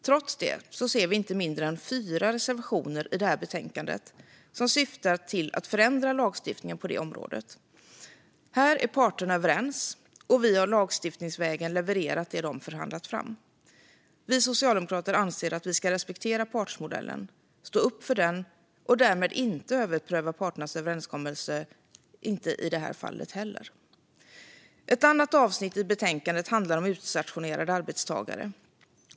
Trots det ser vi inte mindre än fyra reservationer i det här betänkandet som syftar till att förändra lagstiftningen på det området. Här är parterna överens, och vi har lagstiftningsvägen levererat det de har förhandlat fram. Vi socialdemokrater anser att vi ska respektera partsmodellen och stå upp för den och därmed inte överpröva parternas överenskommelse i det här fallet heller. Ett annat avsnitt i betänkandet handlar om utstationerade arbetstagare.